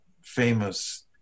famous